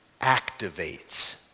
activates